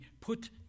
put